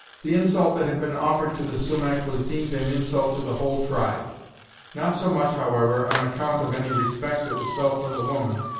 the insult that had been offered to the sumach was deemed an insult to the whole tribe not so much, however, on account of any respect that was felt for the woman,